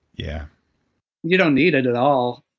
yeah you don't need it at all.